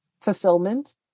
fulfillment